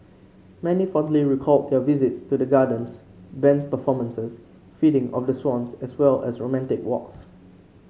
many fondly recalled their visits to the gardens band performances feeding of the swans as well as romantic walks